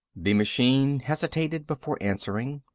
the machine hesitated before answering.